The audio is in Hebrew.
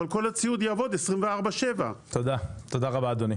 אבל כל הציוד יעבוד 24/7. תודה רבה אדוני.